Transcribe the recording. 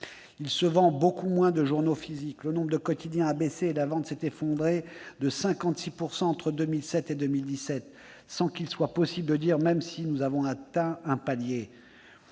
Il se vend beaucoup moins de journaux papier, le nombre de quotidiens a baissé et la vente s'est effondrée de 56 % entre 2007 et 2017, sans qu'il soit possible de dire si nous avons atteint un palier.